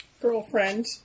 girlfriend